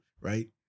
Right